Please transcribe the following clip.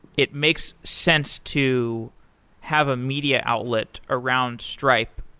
it makes sense to have a media outlet around stripe,